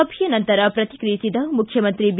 ಸಭೆಯ ನಂತರ ಪ್ರತಿಕಿಯಿಸಿದ ಮುಖ್ಯಮಂತ್ರಿ ಬಿ